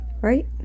right